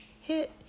hit